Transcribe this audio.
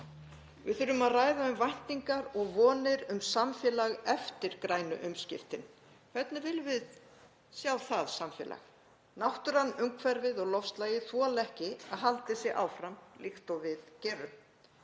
Við þurfum að ræða um væntingar og vonir um samfélag eftir grænu umskiptin. Hvernig viljum við sjá það samfélag? Náttúran, umhverfið og loftslagið þola ekki að haldið sé áfram líkt og við gerum.